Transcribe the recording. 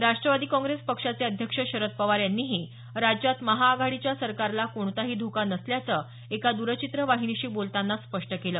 राष्टवादी काँग्रेस पक्षाचे अध्यक्ष शरद पवार यांनीही राज्यात महाआघाडीच्या सरकारला कोणताही धोका नसल्याचं एका दरचित्रवाहिनीशी बोलतांना स्पष्ट केलं